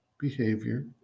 behavior